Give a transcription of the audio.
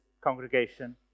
congregation